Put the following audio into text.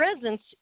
presence